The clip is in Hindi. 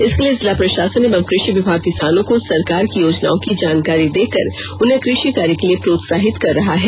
इसके लिए जिला प्रशासन एवं कृषि विभाग किसानों को सरकार की योजनाओं की जानकारी देकर उन्हें कृषि कार्य के लिए प्रोत्साहित कर रहा है